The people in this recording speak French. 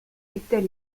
était